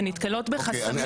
הם נתקלות בחסמים.